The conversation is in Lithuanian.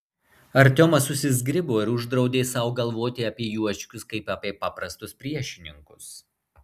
artiomas susizgribo ir uždraudė sau galvoti apie juočkius kaip apie paprastus priešininkus